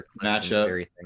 matchup